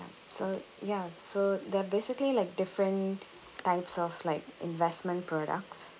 so ya so there are basically like different types of like investment products